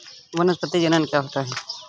वानस्पतिक जनन क्या होता है?